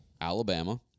Alabama